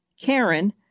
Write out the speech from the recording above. Karen